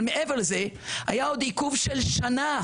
אבל מעבר לזה היה עוד עיכוב של שנה,